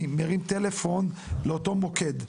אני מרים טלפון לאותו מוקד.